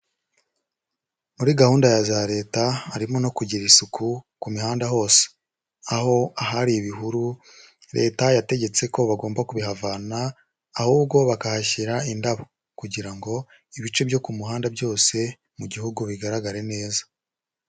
Muri gahunda za leta, harimo no kugira isuku, ku mihanda hose. Aho ahari ibihuru, leta yategetse ko bagomba kubihavana, ahubwo bakahashyira indabo. Kugira ngo, ibice byo ku muhanda byose mu gihugu, bigaragare neza.